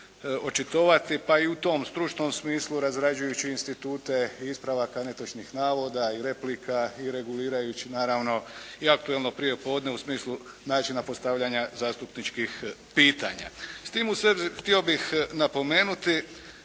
pa i u tom stručnom smislu razrađujući institute ispravaka netočnih navoda i replika i regulirajući naravno i aktualno prije podne u smislu načina postavljanja zastupničkih pitanja. S tim u svezi htio bih napomenuti